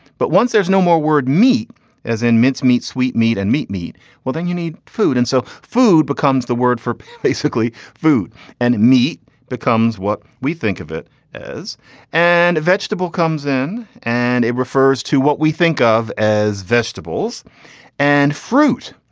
but once there's no more word meat as in mincemeat sweet meat and meat meat well then you need food. and so food becomes the word for basically food and meat becomes what we think of it as and vegetable comes in and it refers to what we think of as vegetables and fruit.